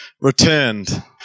returned